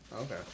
Okay